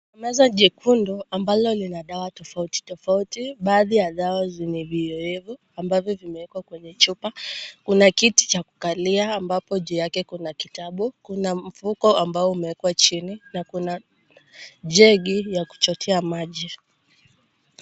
Meza jekundu ambalo lina dawa tofauti tofauti, baadhi ya dawa zenye viyoyevu ambavyo vimewekwa kwenye chupa. Kuna kiti cha kukalia ambapo juu yake kuna kitabu, kuna mfuko ambao umewekwa chini, na kuna jug ya kuchotea maji.